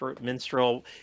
Minstrel